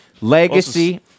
Legacy